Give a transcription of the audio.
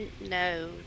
No